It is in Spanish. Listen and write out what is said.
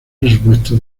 presupuesto